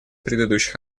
предыдущих